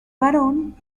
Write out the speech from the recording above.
varón